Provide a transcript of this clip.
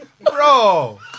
Bro